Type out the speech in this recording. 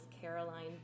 Caroline